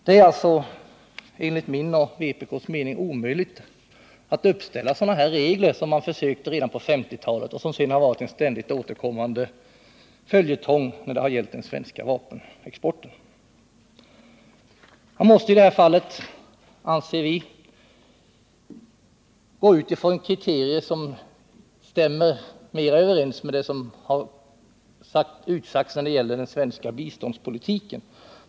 Det är alltså enligt min och vpk:s mening omöjligt att uppställa sådana här regler som man försökte ställa upp redan på 1950-talet och som sedan har varit en ständig följetong när det har gällt den svenska vapenexporten. Man måste i det här fallet, anser vi, gå ut ifrån kriterier som mera stämmer överens med vad som har utsagts när det gäller den svenska biståndspolitiken.